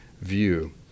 view